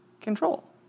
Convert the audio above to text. control